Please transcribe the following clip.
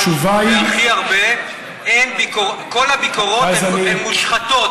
והכי הרבה, כל הביקורות הן מושחתות.